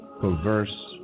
Perverse